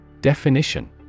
Definition